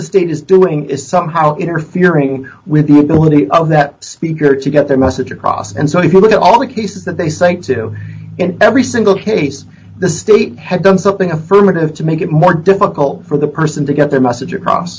the state is doing is somehow interfering with the ability of that speaker to get their message across and so if you look at all the cases that they cite to in every single case the state has done something affirmative to make it more difficult for the person to get their message across